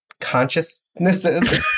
consciousnesses